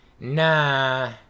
Nah